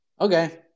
Okay